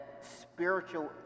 spiritual